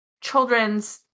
children's